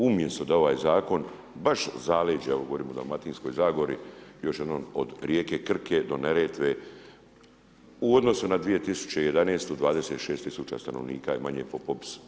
Umjesto da ovaj Zakon baš zaleđe, evo govorim o Dalmatinskoj zagori, još jednom od rijeke Krke do Neretve, u odnosu na 2011. 26 tisuća stanovnika je manje po popisu.